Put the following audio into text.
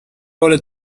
ole